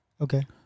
okay